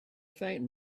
faint